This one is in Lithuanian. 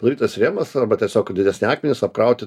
padarytas rėmas arba tiesiog didesni akmenys apkrauti